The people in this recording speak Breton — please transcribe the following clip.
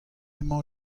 emañ